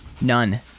None